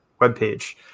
webpage